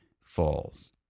falls